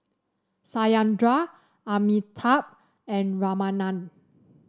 Satyendra Amitabh and Ramanand